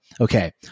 okay